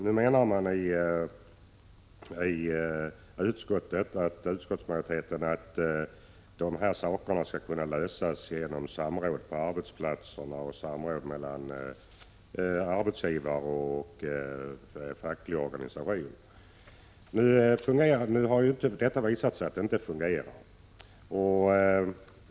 Nu menar utskottsmajoriteten att dessa frågor bör kunna lösas genom samråd mellan arbetsgivare och fackliga organisationer på arbetsplatserna. Nu har det dock visat sig att detta inte fungerar.